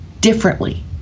differently